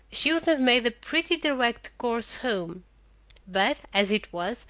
she would have made a pretty direct course home but, as it was,